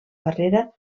barrera